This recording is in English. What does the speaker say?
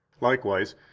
likewise